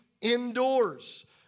indoors